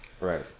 right